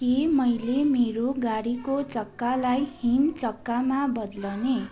के मैले मेरो गाडीको चक्कालाई हिम चक्कामा बदलने